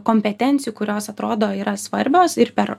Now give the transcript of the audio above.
kompetencijų kurios atrodo yra svarbios ir per